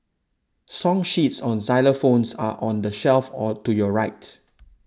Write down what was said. song sheets on xylophones are on the shelf or to your right